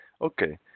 okay